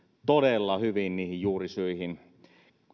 todella hyvin niihin juurisyihin